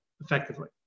effectively